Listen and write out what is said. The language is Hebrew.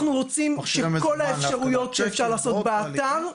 אנחנו רוצים שכל האפשרויות שאפשר לעשות באתר,